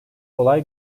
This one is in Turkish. olay